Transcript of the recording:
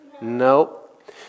Nope